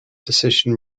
decision